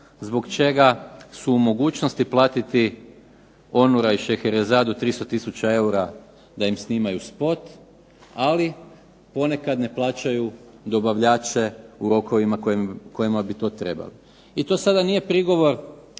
zbog čega su u mogućnosti platiti Onura i Šeherazadu 300 tisuća eura da im snimaju spot. Ali ponekad ne plaćaju dobavljače u rokovima u kojima bi to trebali. I sada nije prigovor